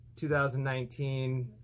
2019